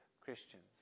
Christians